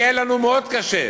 יהיה לנו מאוד קשה,